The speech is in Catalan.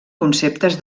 conceptes